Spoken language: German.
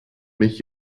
mich